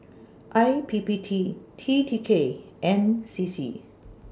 I P P T T T K and C C